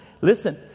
Listen